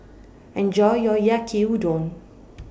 Enjoy your Yaki Udon